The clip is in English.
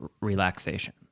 relaxation